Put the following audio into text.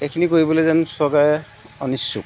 এইখিনি কৰিবলৈ যেন চৰকাৰে অনিচ্ছুক